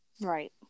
right